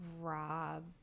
Rob